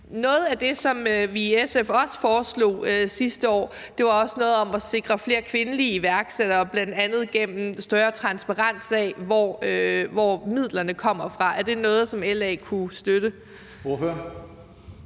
Noget af det, som vi i SF også foreslog sidste år, var noget om at sikre, at der kommer flere kvindelige iværksættere, bl.a. gennem større transparens i forhold til, hvor midlerne kommer fra. Er det noget, som LA kunne støtte?